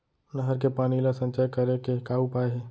नहर के पानी ला संचय करे के का उपाय हे?